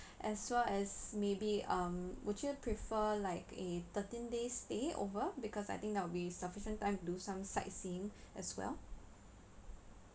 as well as maybe um would you prefer like uh thirteen days stay over because I think that will be sufficient time to do some sightseeing as well